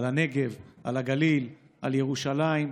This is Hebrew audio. על הנגב, על הגליל, על ירושלים,